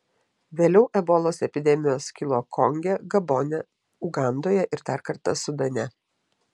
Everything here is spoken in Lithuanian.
vėliau ebolos epidemijos kilo konge gabone ugandoje ir dar kartą sudane